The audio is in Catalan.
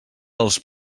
els